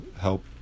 help